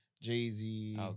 Jay-Z